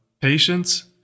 Patience